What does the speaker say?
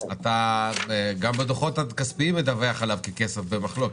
גם בדוחות הכספיים אתה מדווח עליו ככסף במחלוקת,